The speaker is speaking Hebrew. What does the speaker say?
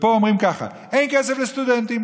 ופה אומרים כך: אין כסף לסטודנטים,